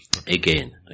Again